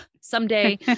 someday